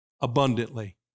abundantly